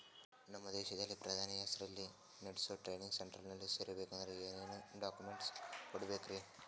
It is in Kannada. ನಮ್ಮ ದೇಶದ ಪ್ರಧಾನಿ ಹೆಸರಲ್ಲಿ ನೆಡಸೋ ಟ್ರೈನಿಂಗ್ ಸೆಂಟರ್ನಲ್ಲಿ ಸೇರ್ಬೇಕಂದ್ರ ಏನೇನ್ ಡಾಕ್ಯುಮೆಂಟ್ ಕೊಡಬೇಕ್ರಿ?